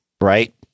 right